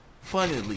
funnily